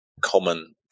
common